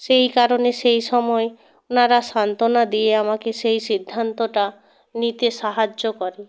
সেই কারণে সেই সময় ওনারা সান্ত্বনা দিয়ে আমাকে সেই সিদ্ধান্তটা নিতে সাহায্য করে